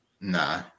Nah